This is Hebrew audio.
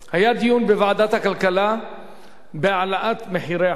היה בוועדת הכלכלה דיון בהעלאת מחירי החשמל.